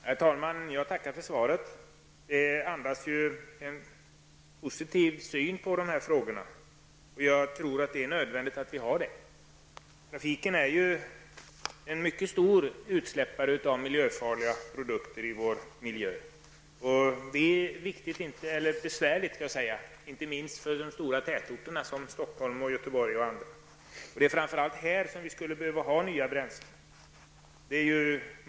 Herr talman! Jag tackar för svaret. Det speglar ju en positiv syn på de här frågorna, och jag tror att det är nödvändigt att vi har det. Trafiken står ju för mycket stora utsläpp av miljöfarliga produkter i vår miljö, och det är besvärligt inte minst för de stora tätorterna Stockholm, Göteborg och andra. Det är framför allt där som vi skulle behöva ha nya bränslen.